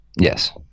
Yes